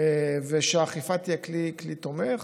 ושהאכיפה תהיה כלי תומך.